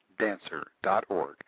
dancer.org